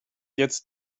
jetzt